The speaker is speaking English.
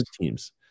teams